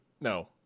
no